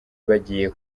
bagiye